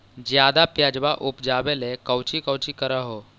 ज्यादा प्यजबा उपजाबे ले कौची कौची कर हो?